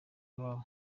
k’iwabo